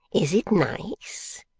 is it nice,